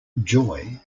joy